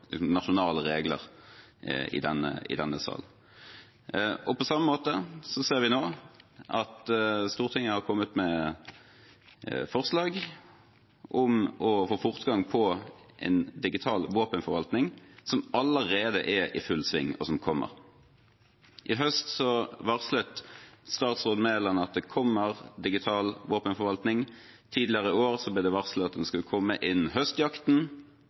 nasjonale regler i denne salen. På samme måte ser vi at Stortinget har kommet med forsalg om å få fortgang i en digital våpenforvaltning – som allerede er i full sving, og som kommer. I høst varslet statsråd Mæland at digital våpenforvaltning kommer, og tidligere i år ble det varslet at den skulle komme innen høstjakten.